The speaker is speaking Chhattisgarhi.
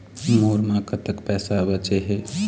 मोर म कतक पैसा बचे हे?